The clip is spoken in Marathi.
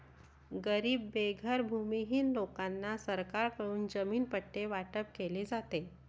गरीब बेघर भूमिहीन लोकांना सरकारकडून जमीन पट्टे वाटप केले जाते